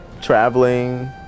traveling